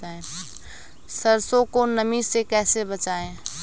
सरसो को नमी से कैसे बचाएं?